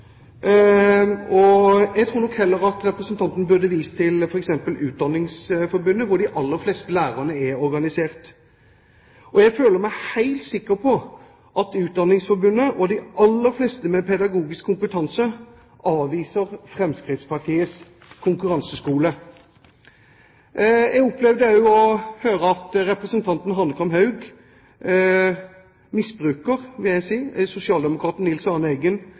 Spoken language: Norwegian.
Akademikerne. Jeg tror nok heller at representanten burde vist til f.eks. Utdanningsforbundet, hvor de aller fleste lærerne er organisert. Jeg føler meg helt sikker på at Utdanningsforbundet og de aller fleste med pedagogisk kompetanse avviser Fremskrittspartiets konkurranseskole. Jeg opplevde også å høre at representanten Hanekamhaug misbrukte – vil jeg si – sosialdemokraten Nils